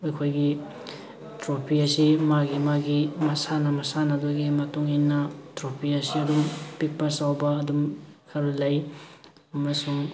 ꯑꯩꯈꯣꯏꯒꯤ ꯇ꯭ꯔꯣꯐꯤ ꯑꯁꯤ ꯃꯥꯒꯤ ꯃꯥꯒꯤ ꯃꯁꯥꯟꯅ ꯃꯁꯥꯟꯅꯗꯨꯒꯤ ꯃꯇꯨꯡ ꯏꯟꯅ ꯇ꯭ꯔꯣꯐꯤ ꯑꯁꯤ ꯑꯗꯨꯝ ꯄꯤꯛꯄ ꯆꯥꯎꯕ ꯑꯗꯨꯝ ꯈꯔ ꯂꯩ ꯑꯃꯁꯨꯡ